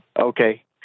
Okay